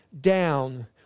down